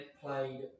played